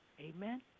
Amen